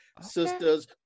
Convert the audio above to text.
sisters